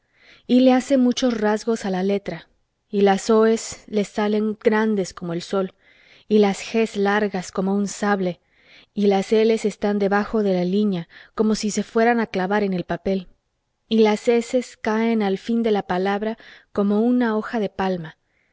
y le hace muchos rasgos a la letra y las oes le salen grandes como un sol y las ges largas como un sable y las eles están debajo de la línea como si se fueran a clavar en el papel y las eses caen al fin de la palabra como una hoja de palma